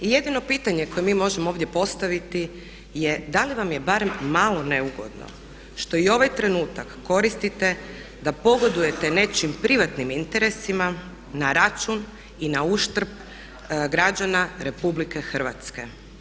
I jedino pitanje koje mi možemo ovdje postaviti da li vam je barem malo neugodno što i ovaj trenutak koristite da pogodujete nečijim privatnim interesima na račun i na uštrb građana Republike Hrvatske?